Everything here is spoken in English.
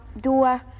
door